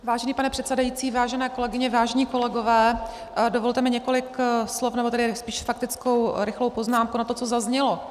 Vážený pane předsedající, vážené kolegyně, vážení kolegové, dovolte mi několik slov, nebo spíš faktickou rychlou poznámku na to, co zaznělo.